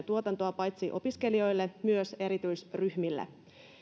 tuotantoa paitsi opiskelijoille myös erityisryhmille